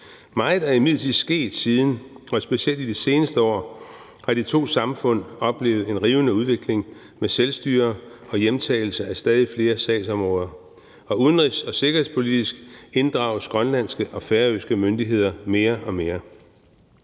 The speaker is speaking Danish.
Meget er imidlertid sket siden, og specielt i de seneste år har de to samfund oplevet en rivende udvikling med selvstyre og hjemtagelse af stadig flere sagsområder. Og udenrigs- og sikkerhedspolitisk inddrages grønlandske og færøske myndigheder mere og mere.